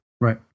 right